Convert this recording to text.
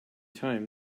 time